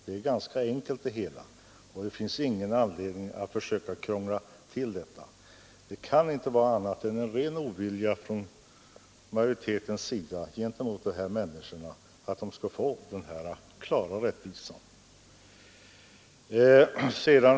Det är ganska enkelt, och det finns ingen anledning att försöka krångla till det. Det kan inte vara annat än en ren ovilja från majoritetens sida gentemot dessa människor att inte låta dem få denna klara rättvisa.